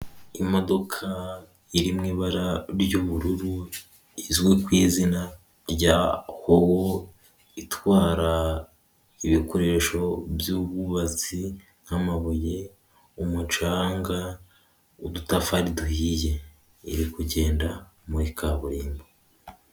Imodoka iri mu ibara ry'ubururu izwi ku izina rya Howo itwara ibikoresho by'ubwubatsi nk'amabuye, umucanga, udutafari duhiye iri kugenda muri kaburimbo.